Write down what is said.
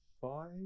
five